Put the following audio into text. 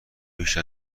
بیش